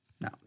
Now